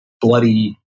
bloody